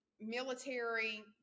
military